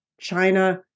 China